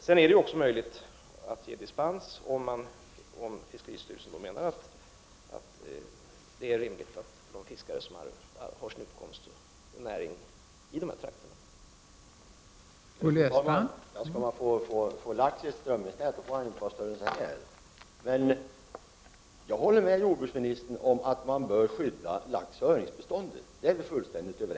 Vidare är det möjligt att ge dispens om fiskeristyrelsen anser detta vara rimligt med tanke på de fiskare som har sin utkomst, sin näring, i dessa trakter.